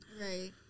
Right